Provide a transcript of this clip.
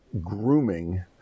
grooming